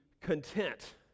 content